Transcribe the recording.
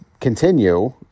continue